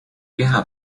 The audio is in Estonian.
keha